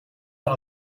van